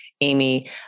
Amy